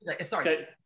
sorry